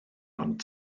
ond